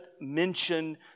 mention